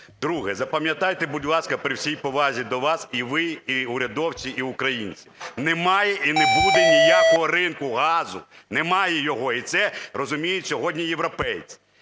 Друге. Запам'ятайте, будь ласка, при всій повазі до вас, і ви, і урядовці, і українці: немає і не буде ніякого ринку газу. Немає його. І це розуміють сьогодні європейці.